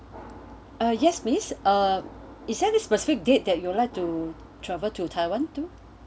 ah yes miss uh is there any specific date that you would like to travel to taiwan to